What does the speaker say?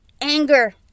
anger